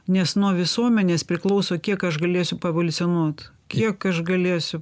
nes nuo visuomenės priklauso kiek aš galėsiu paevoliucionuot kiek aš galėsiu